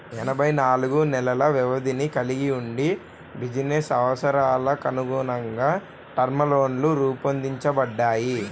ఎనభై నాలుగు నెలల వ్యవధిని కలిగి వుండి బిజినెస్ అవసరాలకనుగుణంగా టర్మ్ లోన్లు రూపొందించబడ్డాయి